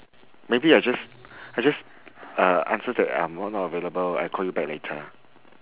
maybe I just I just uh answer that I'm not available I call you back later